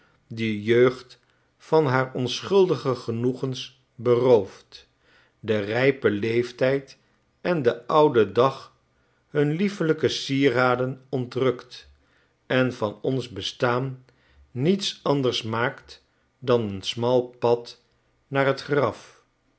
de jeugd van haar onschuldige genoegens berooft den rijpen leeftyd en den ouden dag hun liefelijke sieraden ontrukt en van ons bestaan niets anders maakt dan een smal pad naar t graf